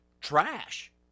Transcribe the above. trash